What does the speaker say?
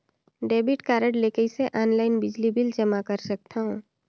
Debit card ले कइसे online बिजली बिल जमा कर सकथव?